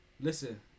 listen